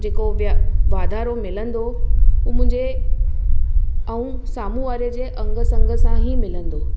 जेको विया वाधारो मिलंदो उहो मुंहिंजे ऐं साम्हूं वारे जे अंग संग सां ही मिलंदो